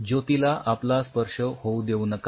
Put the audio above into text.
ज्योतीला आपला स्पर्श होऊ देऊ नका